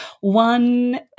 One